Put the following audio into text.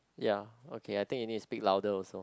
ya okay I think you need to speak louder also